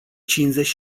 cincizeci